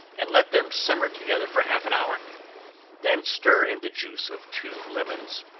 and let them simmer together for half an hour then stir in the juice of two lemons,